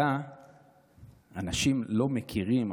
אנשים לא מכירים,